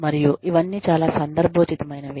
మరియు ఇవన్నీ చాలా సందర్భోచితమైనవి